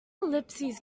ellipses